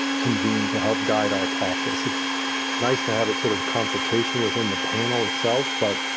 convene to help guide our process. it's nice to have it sort of consultation within the panel itself, but.